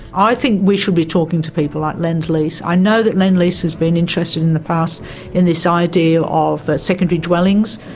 i think we should be talking to people like um lend lease. i know that lend lease has been interested in the past in this idea of secondary dwellings,